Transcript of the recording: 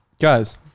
Guys